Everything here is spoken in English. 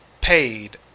paid